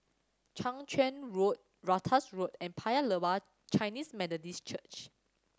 Chang Charn Road Ratus Road and Paya Lebar Chinese Methodist Church